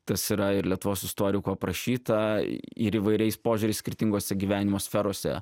tas yra ir lietuvos istorikų aprašyta ir įvairiais požiūriais skirtingose gyvenimo sferose